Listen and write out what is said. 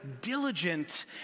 diligent